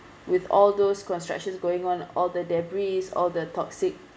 with all those construction going on all the debris or the toxic